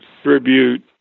tribute